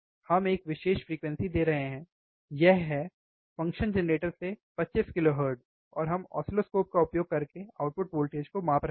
हम एक विशेष फ्रीक्वेंसी दे रहे हैं यह है फ़ंक्शन जेनरेटर से 25 kHz और हम ऑसिलोस्कोप का उपयोग करके आउटपुट वोल्टेज को माप रहे हैं